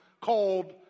called